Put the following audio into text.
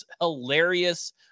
hilarious